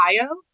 Ohio